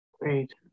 Great